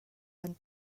van